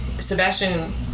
sebastian